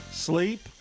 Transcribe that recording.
Sleep